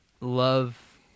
love